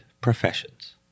professions